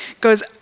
goes